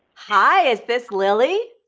hi, is this lily?